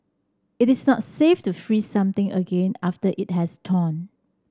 it is not safe to freeze something again after it has thawed